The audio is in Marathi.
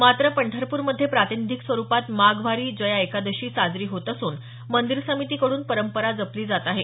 मात्र पंढरपूरमध्ये प्रतिनिधीक स्वरूपात माघ वारी जया एकादशी साजरी होत असून मंदिर समिती कडून परंपरा जपली जात आहे